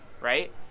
right